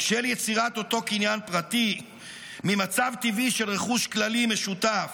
של יצירת אותו קניין פרטי ממצב טבעי של רכוש כללי ומשותף,